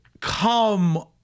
Come